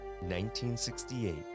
1968